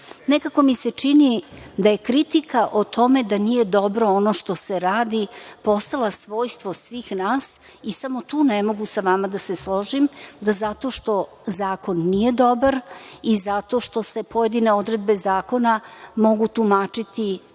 Nekako mi se čini da je kritika o tome da nije dobro ono što se radi postala svojstvo svih nas i samo tu ne mogu sa vama da se složim da zato što zakon nije dobar i zato što se pojedine odredbe zakona mogu tumačiti, naravno